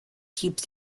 keeps